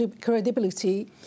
credibility